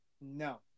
No